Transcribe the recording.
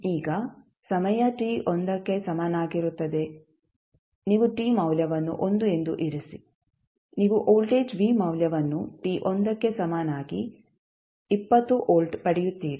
ಈಗ ಸಮಯ t 1 ಕ್ಕೆ ಸಮನಾಗಿರುತ್ತದೆ ನೀವು t ಮೌಲ್ಯವನ್ನು 1 ಎಂದು ಇರಿಸಿ ನೀವು ವೋಲ್ಟೇಜ್ v ಮೌಲ್ಯವನ್ನು t 1 ಕ್ಕೆ ಸಮನಾಗಿ 20 ವೋಲ್ಟ್ ಪಡೆಯುತ್ತೀರಿ